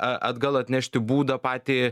atgal atnešti būdo patį